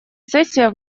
сессия